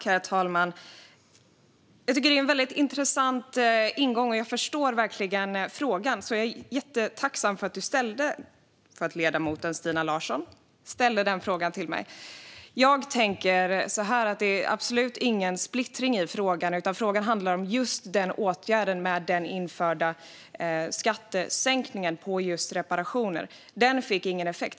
Herr talman! Jag tycker att det är en intressant ingång och förstår verkligen frågan, så jag är jättetacksam för att ledamoten Stina Larsson ställde den till mig. Jag tänker så här: Det är absolut ingen splittring i frågan, utan frågan handlar enbart om åtgärden med införd skattesänkning på reparationer. Den fick ingen effekt.